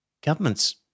governments